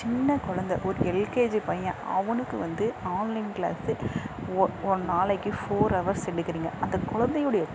சின்ன கொழந்த ஒரு எல்கேஜி பையன் அவனுக்கு வந்து ஆன்லைன் கிளாஸு ஒ ஒன் நாளைக்கு ஃபோர் ஹவர்ஸ் எடுக்கிறிங்க அந்த கொழந்தையுடைய